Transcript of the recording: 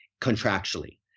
contractually